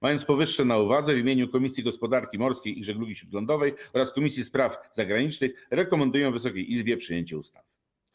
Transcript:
Mając powyższe na uwadze, w imieniu Komisji Gospodarki Morskiej i Żeglugi Śródlądowej oraz Komisji Spraw Zagranicznych rekomenduję Wysokiej Izbie przyjęcie ustawy.